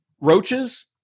Roaches